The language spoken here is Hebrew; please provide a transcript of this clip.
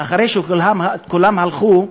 אחרי שכולם הלכו: